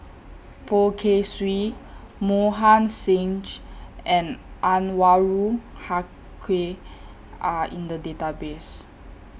Poh Kay Swee Mohan Singh and Anwarul Haque Are in The Database